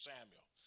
Samuel